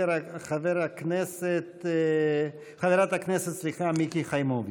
חברת הכנסת מיקי חיימוביץ.